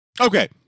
Okay